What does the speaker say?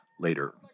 later